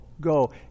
go